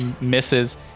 misses